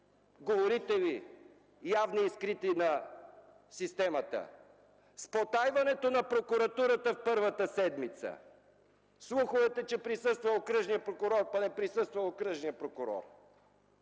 говорители, явни и скрити, на системата; спотайването на Прокуратурата в първата седмица; слуховете, че присъства окръжният прокурор, пък не присъства окръжният прокурор